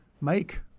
make